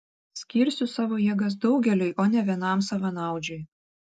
skirsiu savo jėgas daugeliui o ne vienam savanaudžiui